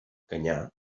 canyar